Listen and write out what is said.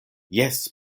jes